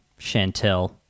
Chantel